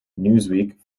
newsweek